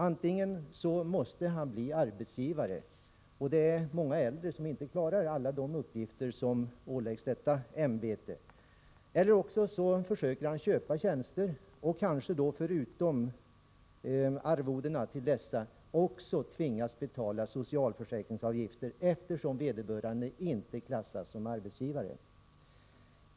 Antingen måste de bli arbetsgivare, och det är många äldre som inte klarar alla de uppgifter som medföljer det ämbetet, eller också försöker de köpa tjänster och tvingas då förutom arvodena betala socialförsäkringsavgifter, eftersom vederbörande inte klassas som arbetsgivare.